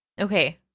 Okay